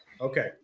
okay